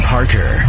Parker